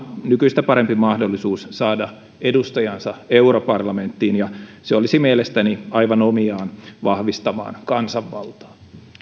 nykyistä parempi mahdollisuus saada edustajansa europarlamenttiin ja se olisi mielestäni aivan omiaan vahvistamaan kansanvaltaa